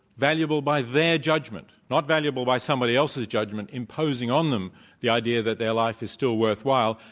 valuable by their judgment, not valuable by somebody else's judgment imposing on them the idea that their life is still worthwhile,